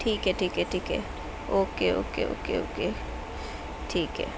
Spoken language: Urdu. ٹھیک ہے ٹھیک ہے ٹھیک ہے اوکے اوکے اوکے اوکے ٹھیک ہے